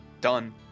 Done